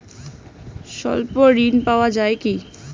স্বল্প ঋণ পাওয়া য়ায় কি?